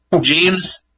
James